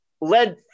led